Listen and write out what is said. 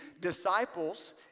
disciples